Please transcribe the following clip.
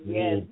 Yes